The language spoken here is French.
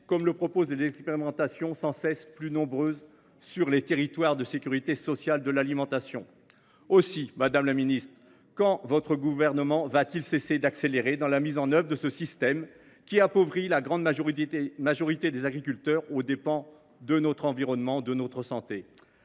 voie tracée par les expérimentations, sans cesse plus nombreuses sur les territoires, de sécurité sociale de l’alimentation. Aussi, madame la ministre, quand votre gouvernement cessera t il d’accélérer dans la mise en œuvre de ce système qui appauvrit la grande majorité des agriculteurs aux dépens de notre environnement et de notre santé ?